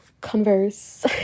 converse